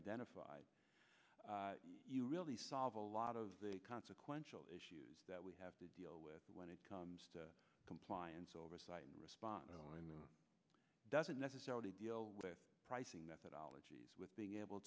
identified you really solve a lot of the consequential issues that we have to deal with when it comes to compliance oversight and response doesn't necessarily deal with pricing methodologies with being able